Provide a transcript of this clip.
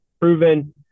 proven